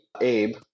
Abe